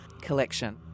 collection